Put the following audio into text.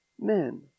men